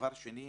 ודבר שני,